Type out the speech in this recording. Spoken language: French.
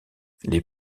les